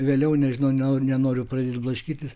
vėliau nežinau neno nenoriu pradėti blaškytis